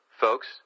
Folks